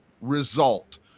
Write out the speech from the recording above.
result